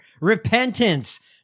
repentance